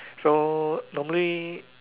so normally